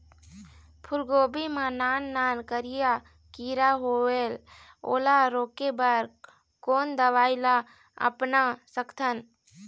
फूलगोभी मा नान नान करिया किरा होयेल ओला रोके बर कोन दवई ला अपना सकथन?